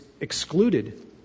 excluded